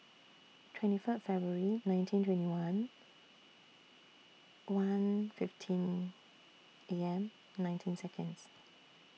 twenty First February nineteen twenty one one fifteen A M nineteen Seconds